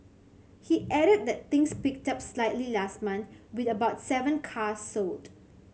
he added that things picked up slightly last month with about seven cars sold